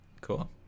Cool